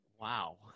Wow